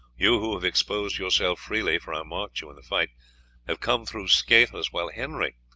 you who have exposed yourself freely for i marked you in the fight have come through scatheless, while henry,